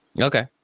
Okay